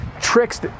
tricks